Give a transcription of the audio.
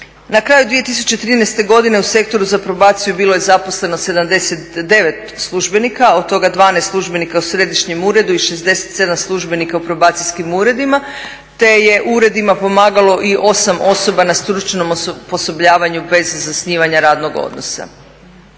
Na kraju 2013. godine u Sektoru za probaciju bilo je zaposleno 79 službenika od toga 12 službenika u Središnjem uredu i 67 službenika u probacijskim uredima, te je uredima pomagalo i 8 osoba na stručnom osposobljavanju bez zasnivanja radnog odnosa.